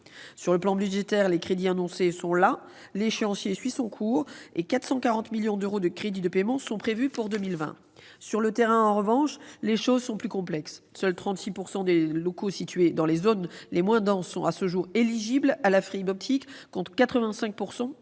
Sur le plan budgétaire, les crédits annoncés sont là, l'échéancier suit son cours et 440 millions d'euros de crédits de paiement sont prévus pour 2020. Sur le terrain, en revanche les choses sont plus complexes. Seuls 36 % des locaux situés dans les zones les moins denses sont à ce jour éligibles à la fibre optique, contre 85